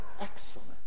excellent